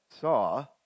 saw